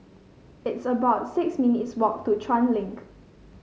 it's about six minutes walk to Chuan Link